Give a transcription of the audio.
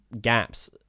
gaps